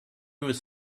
was